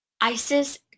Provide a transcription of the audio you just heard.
isis